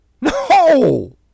No